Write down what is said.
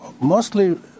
mostly